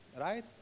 right